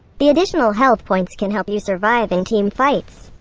the additional health points can help you survive in team fights.